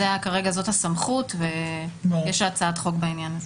כרגע זאת הסמכות ויש הצעת חוק בעניין הזה.